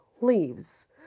leaves